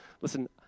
Listen